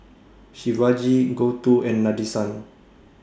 Shivaji Gouthu and Nadesan